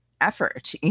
effort